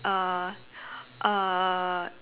uh uh